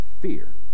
fear